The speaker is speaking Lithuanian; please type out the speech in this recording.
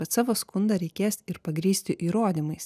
bet savo skundą reikės ir pagrįsti įrodymais